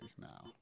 now